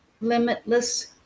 limitless